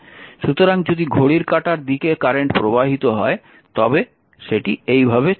সুতরাং যদি ঘড়ির কাঁটার দিকে কারেন্ট প্রবাহিত হয় তবে এভাবে চলবে